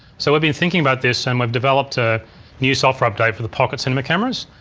so we've been thinking about this and we've developed a new software update for the pocket cinema cameras.